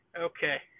Okay